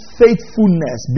faithfulness